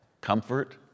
Comfort